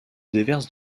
déverse